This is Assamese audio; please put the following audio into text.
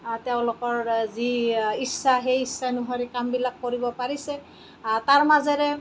তেওঁলোকৰ যি ইচ্ছা সেই ইচ্ছানুসৰি কামবিলাক কৰিব পাৰিছে তাৰ মাজেৰে